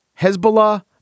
Hezbollah